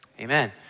amen